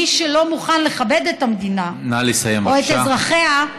מי שלא מוכן לכבד את המדינה או את אזרחיה,